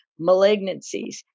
malignancies